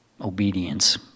obedience